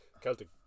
Celtic